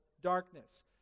darkness